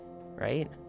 right